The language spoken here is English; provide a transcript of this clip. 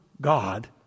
God